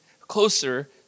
closer